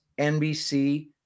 NBC